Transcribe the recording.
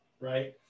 right